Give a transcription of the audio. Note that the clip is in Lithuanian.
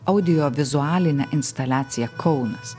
audiovizualinę instaliaciją kaunas